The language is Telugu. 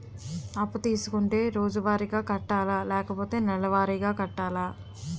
అప్పు తీసుకుంటే రోజువారిగా కట్టాలా? లేకపోతే నెలవారీగా కట్టాలా?